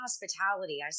hospitality